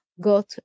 got